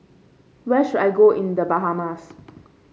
where should I go in The Bahamas